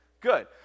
Good